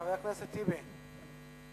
חבר הכנסת אחמד טיבי.